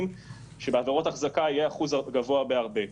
שבעבירות אלה יהיה אחוז גבוה בהרבה.